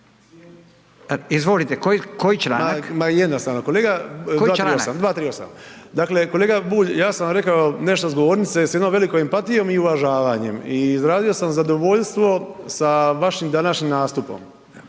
Koji članak?/... 238. Dakle, kolega Bulj, ja sam vam rekao nešto s govornice s jednom velikom empatijom i uvažavanjem i izrazio sam zadovoljstvo sa vašim današnjim nastupom.